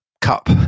cup